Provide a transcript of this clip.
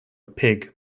pig